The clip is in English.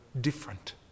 different